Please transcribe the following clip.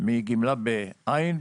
מגמלה בעין,